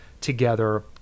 together